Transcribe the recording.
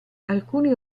alcuni